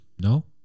No